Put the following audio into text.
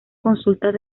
consultas